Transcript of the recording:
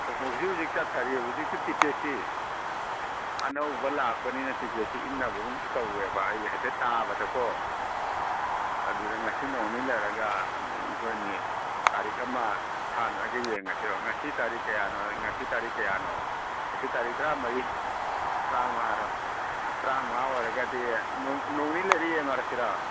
ꯑꯣꯍꯣ ꯍꯧꯖꯤꯛ ꯍꯧꯖꯤꯛ ꯆꯠꯊꯔꯤ ꯍꯧꯖꯤꯛꯇꯤ ꯇꯤꯀꯦꯠꯁꯤ ꯑꯅꯧꯕ ꯂꯥꯛꯄꯅꯤꯅ ꯇꯤꯀꯦꯠꯁꯤ ꯏꯟꯅꯕꯒꯨꯝꯁꯨ ꯇꯧꯋꯦꯕ ꯑꯩ ꯍꯥꯏꯐꯦꯇ ꯇꯥꯕꯗꯀꯣ ꯑꯗꯨꯗ ꯉꯁꯤ ꯅꯣꯡ ꯅꯤꯅꯤ ꯂꯩꯔꯒ ꯑꯩꯈꯣꯏꯅꯤ ꯇꯥꯔꯤꯛ ꯑꯃ ꯊꯥꯅꯔꯒ ꯌꯦꯡꯉꯁꯤꯔꯣ ꯉꯁꯤ ꯇꯥꯔꯤꯛ ꯀꯌꯥꯅꯣ ꯉꯁꯤ ꯇꯥꯔꯤꯛ ꯀꯌꯥꯅꯣ ꯉꯁꯤ ꯇꯥꯔꯤꯛ ꯇꯔꯥ ꯃꯔꯤ ꯇ꯭ꯔꯥꯝꯉꯥꯔꯣ ꯇ꯭ꯔꯥꯝꯉꯥ ꯑꯣꯏꯔꯒꯗꯤ ꯅꯣꯡ ꯅꯤꯅꯤ ꯂꯩꯔꯒ ꯌꯦꯡꯉꯨꯔꯁꯤꯔꯣ